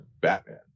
batman